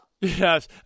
yes